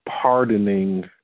pardoning